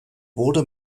wurde